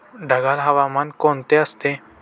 ढगाळ हवामान कोणते असते?